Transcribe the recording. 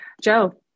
Joe